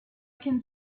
can